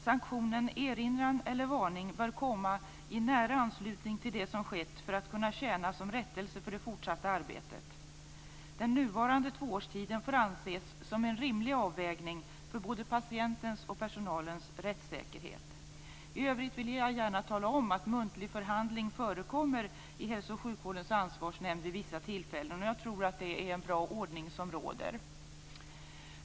Sanktionen erinran eller varning bör komma i nära anslutning till det som skett för att kunna tjäna som rättelse för det fortsatta arbetet. Den nuvarande tvåårstiden får anses som en rimlig avvägning för både patientens och personalens rättssäkerhet. I övrigt vill jag gärna tala om att muntlig förhandling förekommer i Hälso och sjukvårdens ansvarsnämnd vid vissa tillfällen, och jag tror att det är en bra ordning som råder.